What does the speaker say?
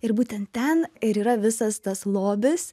ir būtent ten ir yra visas tas lobis